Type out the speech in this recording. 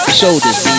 shoulders